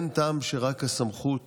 אין טעם שרק הסמכות